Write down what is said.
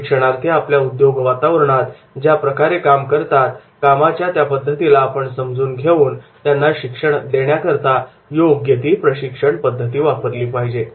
प्रशिक्षणार्थी आपल्या उद्योग वातावरणात ज्या प्रकारे काम करतात कामाच्या त्या पद्धतीला आपण समजून घेऊन त्यांना शिक्षण देण्याकरता योग्य ती प्रशिक्षण पद्धती वापरली पाहिजे